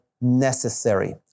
necessary